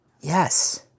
Yes